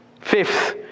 Fifth